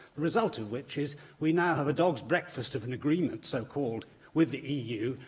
result of which is we now have a dog's breakfast of an agreement, so-called, with the eu,